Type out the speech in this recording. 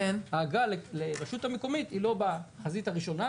ההגעה לרשות המקומית היא לא בחזית הראשונה,